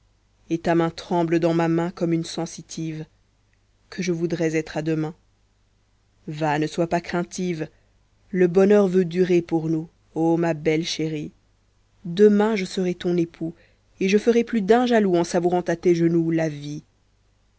et ta main tremble dans ma main comme une sensitive que je voudrais être à demain va ne sois pas craintive le bonheur veut durer pour nous o ma belle chérie i demain je serai ton époux et je ferai plus d'un jaloux en savourant à tes genoux la vie